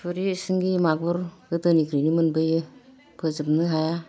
थुरि सिंगि मागुर गोदोनिफ्रायनो मोनबोयो फोजोबनो हाया